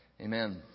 Amen